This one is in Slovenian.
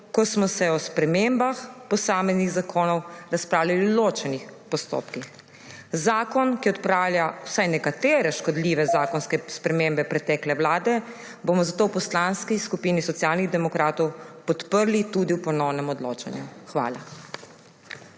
ko smo o spremembah posameznih zakonov razpravljali v ločenih postopkih. Zakon, ki odpravlja vsaj nekatere škodljive zakonske spremembe pretekle vlade, bomo zato v Poslanski skupini Socialnih demokratov podprli tudi v ponovnem odločanju. Hvala.